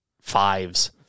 Fives